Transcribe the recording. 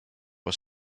was